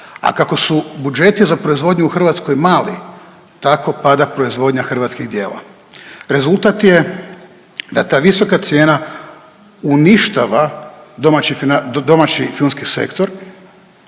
a kako su budžeti za proizvodnju u Hrvatskoj mali tako pada proizvodnja hrvatskih djela. Rezultat je da ta visoka cijena uništava domaći filmski sektor